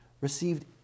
received